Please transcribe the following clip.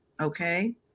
Okay